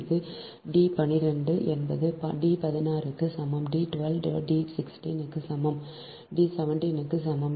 எனவே D 12 என்பது D 16 க்கு சமம் D 12 D 16 க்கு சமம் D 17 க்குச் சமம்